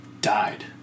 died